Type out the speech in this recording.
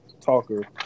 talker